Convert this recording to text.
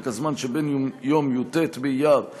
לפרק הזמן שמיום י"ט באייר התשע"ז,